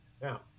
Now